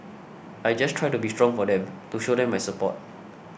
I just try to be strong for them to show them my support